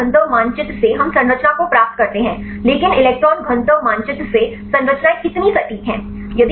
electron घनत्व मानचित्र से हम संरचना को प्राप्त करते हैं लेकिन इलेक्ट्रॉन घनत्व मानचित्र से संरचनाएं कितनी सटीक हैं